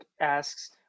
asks